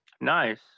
Nice